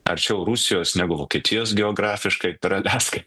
arčiau rusijos negu vokietijos geografiškai per aliaską